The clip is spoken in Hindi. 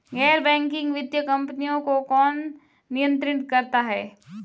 गैर बैंकिंग वित्तीय कंपनियों को कौन नियंत्रित करता है?